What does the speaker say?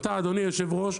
אתה אדוני היושב-ראש,